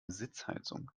sitzheizung